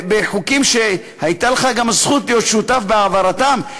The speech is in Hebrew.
בחוקים שהייתה לך גם הזכות להיות שותף בהעברתם,